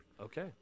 okay